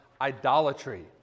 idolatry